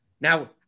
Now